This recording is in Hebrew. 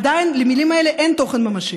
עדיין למילים האלה אין תוכן ממשי.